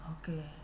Okay